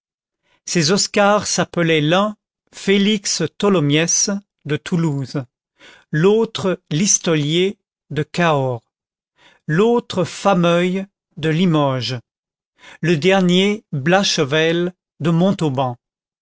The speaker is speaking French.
ces oscars s'appelaient l'un félix tholomyès de toulouse l'autre listolier de cahors l'autre fameuil de limoges le dernier blachevelle de montauban